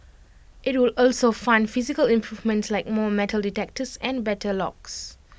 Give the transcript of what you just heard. IT would also fund physical improvements like more metal detectors and better locks